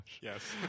yes